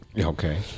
okay